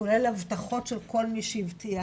כולל הבטחות של כל מי שהבטיח,